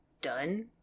done